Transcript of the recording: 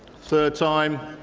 third time.